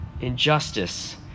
injustice